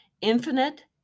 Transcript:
infinite